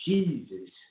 Jesus